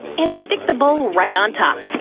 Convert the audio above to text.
and stick the bowl right on top.